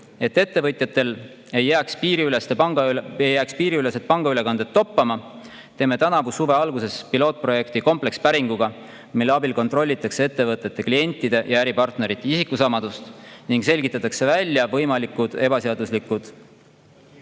Et ettevõtjatel ei jääks piiriülesed pangaülekanded toppama, teeme tänavu suve alguses komplekspäringu pilootprojekti, et kontrollida ettevõtete klientide ja äripartnerite isikusamasust ning selgitada välja võimalikud ebaseaduslikud